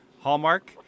Hallmark